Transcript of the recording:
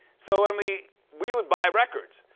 so when we we would buy records.